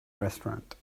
restaurant